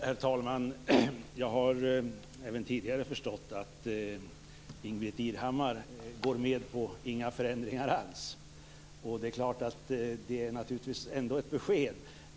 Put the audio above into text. Herr talman! Jag har även tidigare förstått att Ingbritt Irhammar går med på inga förändringar alls. Det är klart att det naturligtvis ändå är ett besked.